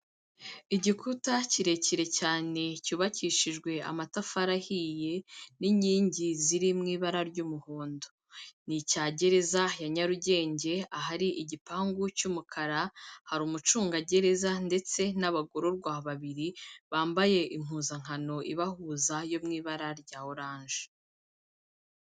Igikuta kirekire cyane cyubakishijwe amatafari ahiye n'inkingi ziri mu ibara ry'umuhondo. Ni icya gereza ya Nyarugenge ahari igipangu cy'umukara, hari umucungagereza ndetse n'abagororwa babiri bambaye impuzankano ibahuza yo mu ibara rya oranje.